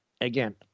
Again